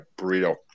burrito